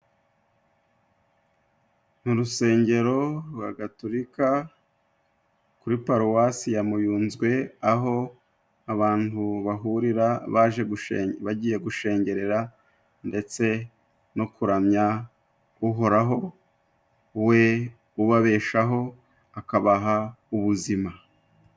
Mu rusengero rwa gatorika kuri paruwasi ya Muyunzwe, aho abantu bahurira baje gushe bagiye gushengerera, ndetse no kuramya uhoraho we ubabeshaho akabaha ubuzima.